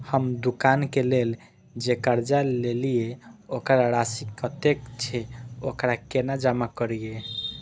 हम दुकान के लेल जे कर्जा लेलिए वकर राशि कतेक छे वकरा केना जमा करिए?